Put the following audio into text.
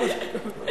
בבקשה.